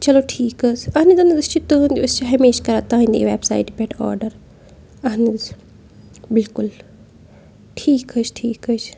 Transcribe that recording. چلو ٹھیٖک حظ اہن حظ اہن حظ أسۍ چھِ تُہٕنٛدۍ أسۍ چھِ ہمیشہِ کَران تُہنٛدی وٮ۪بسایٹہِ پٮ۪ٹھ آرڈَر اہن حظ بالکُل ٹھیٖک حظ چھِ ٹھیٖک حظ چھِ